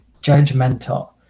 judgmental